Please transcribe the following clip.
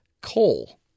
coal